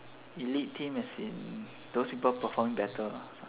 elite team as in those people perform better